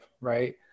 Right